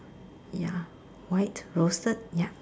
ya white roasted ya